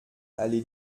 allée